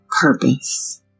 purpose